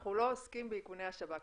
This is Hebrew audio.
שאנחנו לא עוסקים באיכוני השב"כ,